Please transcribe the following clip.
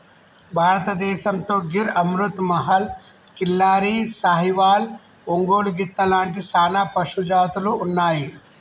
భారతదేసంతో గిర్ అమృత్ మహల్, కిల్లారి, సాహివాల్, ఒంగోలు గిత్త లాంటి సానా పశుజాతులు ఉన్నాయి